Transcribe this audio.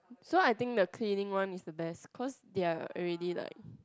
so I think the cleaning one is the best cause they're already like